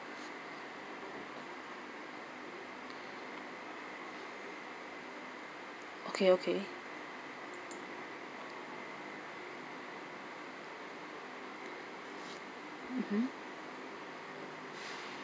okay okay mmhmm